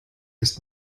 ist